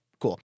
Cool